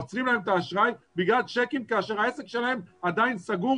עוצרים להם את האשראי בגלל צ'קים כאשר העסק שלהם עדיין סגור